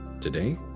today